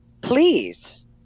please